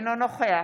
אינו נוכח